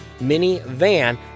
minivan